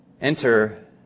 Enter